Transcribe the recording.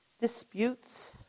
disputes